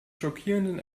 schockierenden